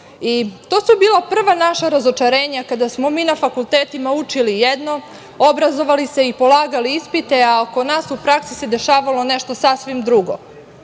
To su bila prva naša razočarenja kada smo mi na fakultetima učili jedno, obrazovali se i polagali ispite, a oko nas u praksi se dešavalo nešto sasvim drugo. Tada